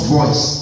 voice